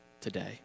today